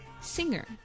Singer